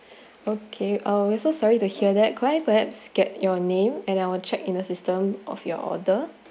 okay uh we so sorry to hear that could I perhaps get your name and I will check in our system of your order